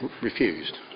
refused